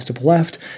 left